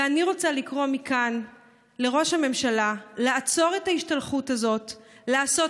ואני רוצה לקרוא מכאן לראש הממשלה לעצור את ההשתלחות הזאת ולעשות